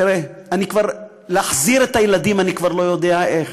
תראה, להחזיר את הילדים, אני כבר לא יודע איך,